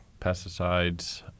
pesticides